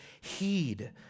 heed